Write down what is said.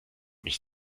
mich